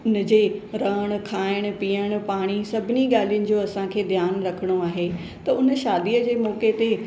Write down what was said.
उनजे रहणु खाइणु पीअणु पाणी सभिनी ॻाल्हियुनि जो असांखे ध्यानु रखणो आहे त उन शादीअ जे मौके ते